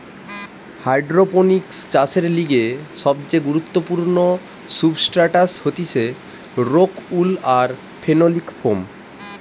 hydroponics চাষের লিগে সবচেয়ে গুরুত্বপূর্ণ সুবস্ট্রাটাস হতিছে রোক উল আর ফেনোলিক ফোম